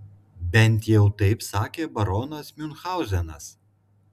bent jau taip sakė baronas miunchauzenas